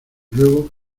luego